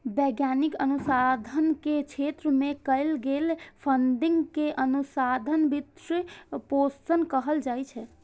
वैज्ञानिक अनुसंधान के क्षेत्र मे कैल गेल फंडिंग कें अनुसंधान वित्त पोषण कहल जाइ छै